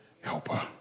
helper